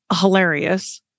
hilarious